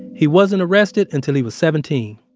he wasn't arrested until he was seventeen